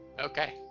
Okay